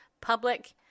public